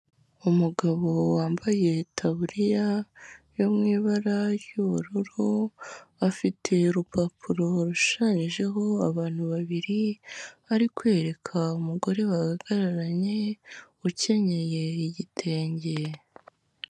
Umugabo wambaye itaburiya yo mu ibara ry'ubururu, afite urupapuro rushushanyijeho abantu babiri, ari kwereka umugore bahagararanye ukenyeye igitenge.